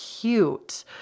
cute